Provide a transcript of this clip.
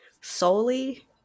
solely